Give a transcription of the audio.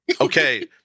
Okay